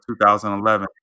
2011